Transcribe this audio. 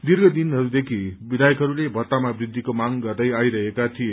दीप्र दिनहरूदेखि विध्याक भत्तामा वृद्धिको मांग गर्दै आइरहेका थिए